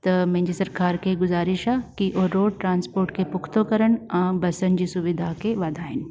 त मुंहिंजी सरकार खे गुज़ारिश आहे की उहे रोड ट्रांस्पोट खे पुखतो करणु ऐं बसिन जी सुविधा खे वाधाइनि